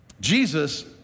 Jesus